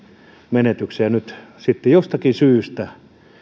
menetyksen niin nyt sitten jostakin syystä